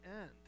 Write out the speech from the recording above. end